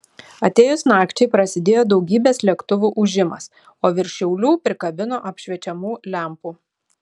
atėjus nakčiai prasidėjo daugybės lėktuvų ūžimas o virš šiaulių prikabino apšviečiamų lempų